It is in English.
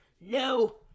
no